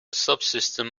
subsystem